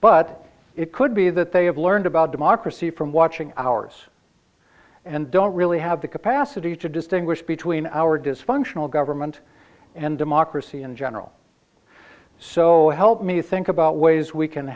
but it could be that they have learned about democracy from watching ours and don't really have the capacity to distinguish between our dysfunctional government and democracy in general so help me think about ways we can